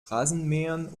rasenmähern